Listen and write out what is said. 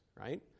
Right